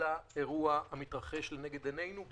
לאירוע המתרחש לנגד עינינו.